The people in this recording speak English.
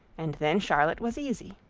and then charlotte was easy.